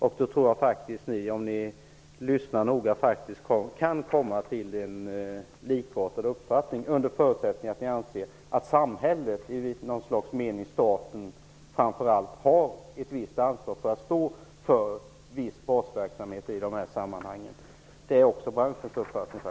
Om ni lyssnar noga tror jag faktiskt att ni kan komma till en likartad uppfattning, under förutsättning att ni anser att samhället i någon slags mening, och framför allt staten, har ett visst ansvar för viss basverksamhet. Det är också branschens uppfattning.